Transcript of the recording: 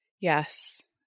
Yes